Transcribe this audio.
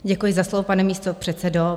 Děkuji za slovo, pane místopředsedo.